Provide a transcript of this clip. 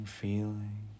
feeling